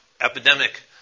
epidemic